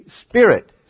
spirit